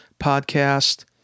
podcast